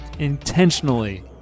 Intentionally